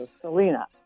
Selena